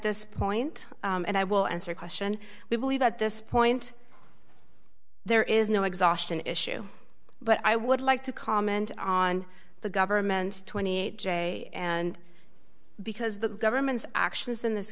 this point and i will answer question we believe at this point there is no exhaustion issue but i would like to comment on the government's twenty eight dollars j and because the government's actions in this